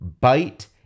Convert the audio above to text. bite